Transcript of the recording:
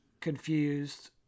Confused